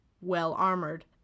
well-armored